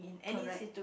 correct